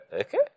Okay